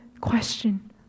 question